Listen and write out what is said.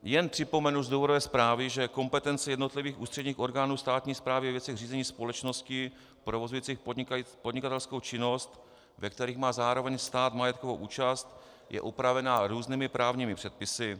Jen připomenu z důvodové zprávy, že kompetence jednotlivých ústředních orgánů státní správy ve věcech řízení společnosti provozujících podnikatelskou činnost, ve kterých má zároveň stát majetkovou účast, je upravena různými právními předpisy.